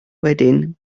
wedyn